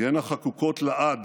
תהיינה חקוקות לעד